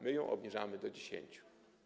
My ją obniżamy do 10.